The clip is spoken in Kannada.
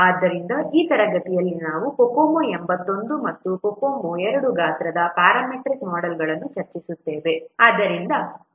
ಆದ್ದರಿಂದ ಈ ತರಗತಿಯಲ್ಲಿ ನಾವು COCOMO 81 ಮತ್ತು COCOMO II ಗಾತ್ರದ ಪ್ಯಾರಾಮೆಟ್ರಿಕ್ ಮೋಡೆಲ್ಗಳನ್ನು ಚರ್ಚಿಸುತ್ತೇವೆ